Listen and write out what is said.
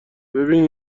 ببین